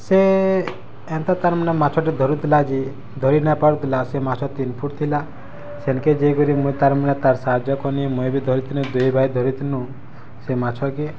ସେ ଏନ୍ତା ତାର୍ମାନେ ମାଛଟେ ଧରିଥିଲା ଯେ ଧରି ନାଇଁପାରୁଥିଲା ସେ ମାଛ ତିନ୍ ଫୁଟ୍ ଥିଲା ସେନ୍କେ ଯାଇକିରି ମୁଇଁ ତାର୍ମାନେ ତାର୍ ସାହାଯ୍ୟ କନିଁ ମୁଇଁ ବି ଧରିଥିନିଁ ଦୁଇ ଭାଇ ଧରିଥିନୁଁ ସେ ମାଛ କେ